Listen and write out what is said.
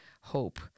hope